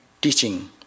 teaching